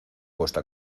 vuestra